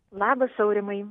labas aurimai